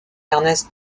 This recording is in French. ernest